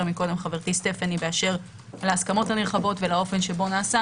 חבר הכנסת אשר על ההסכמות הנרחבות ולאופן שבו נעשה